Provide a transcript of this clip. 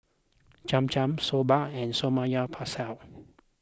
Cham Cham Soba and Samgeyopsal